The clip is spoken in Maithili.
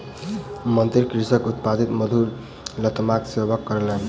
मंत्री कृषकक उत्पादित मधुर लतामक सेवन कयलैन